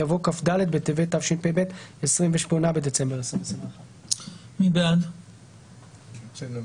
יבוא "כ"ד בטבת התשפ"ב (28 בדצמבר 2021). מי בעד אישור התקנות?